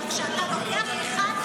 אבל כשאתה לוקח אחד,